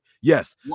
Yes